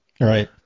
Right